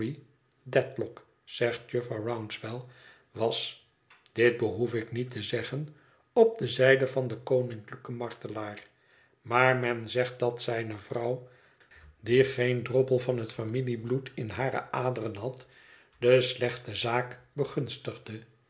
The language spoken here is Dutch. zegt jufvrouw rouncewell was dit behoef ik niet te zeggen op de zijde van den koninklijken martelaar maai men zegt dat zijne vrouw die geen droppel van het familiebloed in hare aderen had de slechte zaak begunstigde